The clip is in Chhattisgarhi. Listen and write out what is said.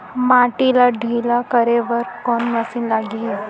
माटी ला ढिल्ला करे बर कोन मशीन लागही?